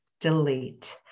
delete